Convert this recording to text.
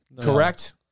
correct